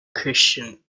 christian